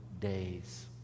days